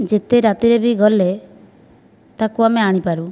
ଯେତେ ରାତିରେ ବି ଗଲେ ତାକୁ ଆମେ ଆଣିପାରୁ